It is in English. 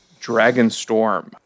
Dragonstorm